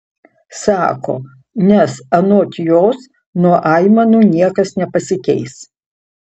sako nes anot jos nuo aimanų niekas nepasikeis